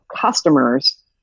customers